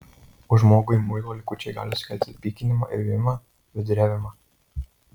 o žmogui muilo likučiai gali sukelti pykinimą ir vėmimą viduriavimą